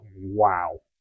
wow